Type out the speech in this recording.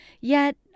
Yet